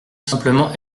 simplement